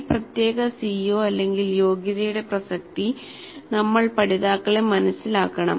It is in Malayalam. ഈ പ്രത്യേക CO യോഗ്യതയുടെ പ്രസക്തി നമ്മൾ പഠിതാക്കളെ മനസിലാക്കണം